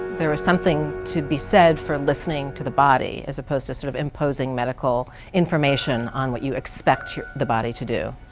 there is something to be said for listening to the body, as opposed to sort of imposing medical information on what you expect the body to do.